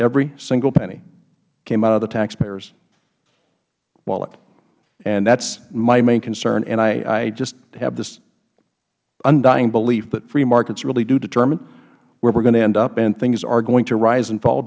every single penny came out of the taxpayers wallet and that's my main concern and i just have this undying belief that free markets really do determine where we are going to end up and things are going to rise and fall